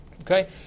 Okay